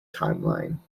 timeline